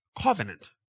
covenant